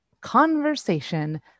conversation